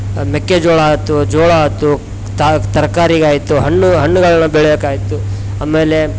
ಮೆಕ್ಕೆಜೋಳ ಆಯ್ತು ಜೋಳ ಆಯ್ತು ತರ್ಕಾರಿಗೆ ಆಯಿತು ಹಣ್ಣು ಹಣ್ಣುಗಳನ್ನ ಬೆಳೆಯಕೆ ಆಯಿತು ಆಮೇಲೆ